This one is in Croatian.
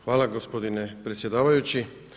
Hvala gospodine predsjedavajući.